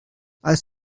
als